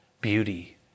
beauty